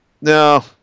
no